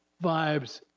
vibes,